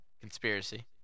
Conspiracy